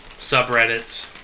subreddits